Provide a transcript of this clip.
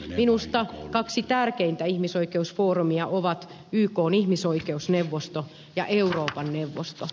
minusta kaksi tärkeintä ihmisoikeusfoorumia ovat ykn ihmisoikeusneuvosto ja euroopan neuvosto